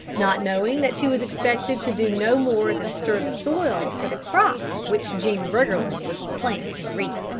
not knowing that she was expected to do no more than stir the soil for the crop which jean briggerland would plant and reap.